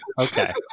Okay